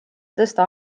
tõsta